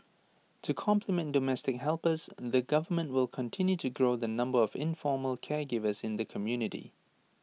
to complement domestic helpers the government will continue to grow the number of informal caregivers in the community